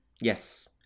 Yes